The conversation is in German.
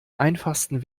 einfachsten